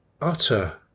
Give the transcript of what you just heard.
utter